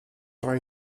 tra